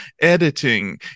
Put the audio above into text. Editing